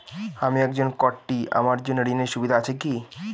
আমি একজন কট্টি আমার জন্য ঋণের সুবিধা আছে কি?